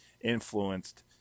influenced